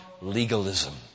Legalism